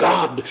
God